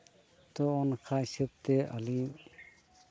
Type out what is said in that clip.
ᱛᱳ ᱚᱱᱠᱟ ᱦᱤᱥᱟᱹᱵ ᱛᱮ ᱟᱹᱞᱤᱧ